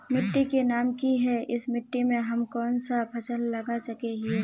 मिट्टी के नाम की है इस मिट्टी में हम कोन सा फसल लगा सके हिय?